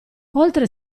oltre